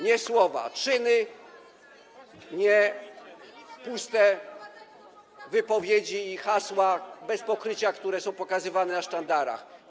nie słowa, czyny, nie puste wypowiedzi i hasła bez pokrycia, które są pokazywane na sztandarach.